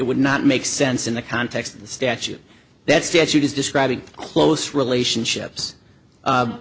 would not make sense in the context of the statute that statute is describing close relationships